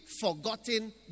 forgotten